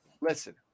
Listen